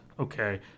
Okay